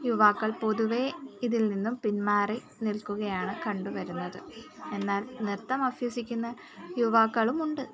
യുവാക്കൾ പൊതുവേ ഇതിൽ നിന്നും പിന്മാറി നിൽക്കുകയാണ് കണ്ട് വരുന്നത് എന്നാൽ നൃത്തം അഭ്യസിക്കുന്ന യുവാക്കളുമുണ്ട്